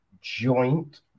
joint